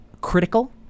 critical